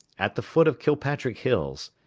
at the foot of kilpatrick hills,